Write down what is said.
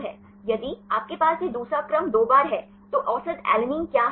यदि आपके पास यह दूसरा क्रम दो बार है तो औसत एलेनिन क्या है